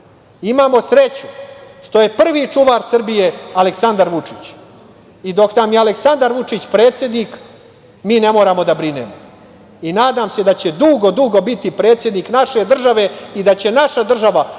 sreću što je prvi čuvar Srbije Aleksandar Vučić. Dok nam je Aleksandar Vučić predsednik, mi ne moramo da brinemo. I nadam se da će dugo, dugo, biti predsednik naše države i da će naša država nastaviti